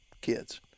kids